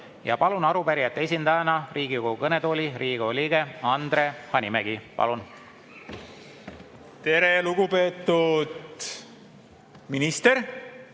Ja palun arupärijate esindajana Riigikogu kõnetooli, Riigikogu liige Andre Hanimägi. Palun! Tere, lugupeetud minister!